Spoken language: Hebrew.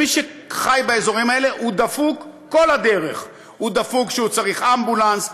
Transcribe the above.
מי שחי באזורים האלה דפוק כל הדרך: הוא דפוק כשהוא צריך אמבולנס,